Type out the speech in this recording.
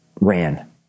Ran